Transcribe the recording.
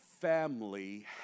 family